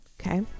Okay